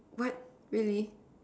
what really